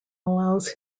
allows